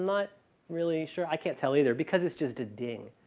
not really sure. i can't tell either because it's just a ding,